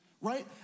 right